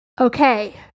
Okay